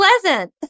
pleasant